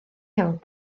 iawn